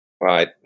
Right